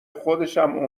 خودشم